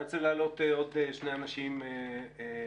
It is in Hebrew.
אני רוצה להעלות עוד שני אנשים מבחוץ.